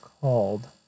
called